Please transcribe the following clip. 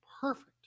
Perfect